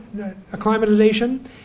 acclimatization